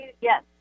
Yes